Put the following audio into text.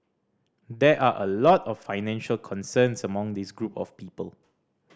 there are a lot of financial concerns among this group of people